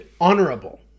honorable